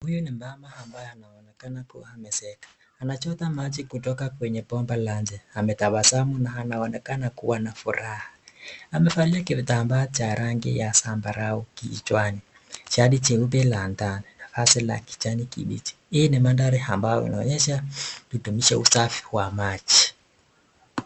Huyu ni mama ambaye anaonekana kuwa amezeeka ,anachota maji kutoka kwenye bomba la nje ametabasamu na anaonekana kuwa na furaha ,amevalia kitambaa cha rangi ya zabalau kichwani ,jadi jeupe la ndani hasa la kijani kibichi hii ni mandhali ambayo inaonyesha tudumishe usafi wa maj